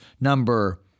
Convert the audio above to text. number